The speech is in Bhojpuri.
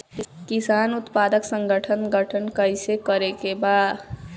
किसान उत्पादक संगठन गठन कैसे करके बा?